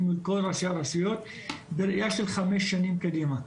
מול כל ראשי הרשויות בראייה של חמש שנים קדימה,